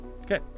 Okay